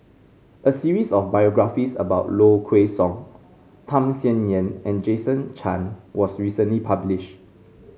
a series of biographies about Low Kway Song Tham Sien Yen and Jason Chan was recently publish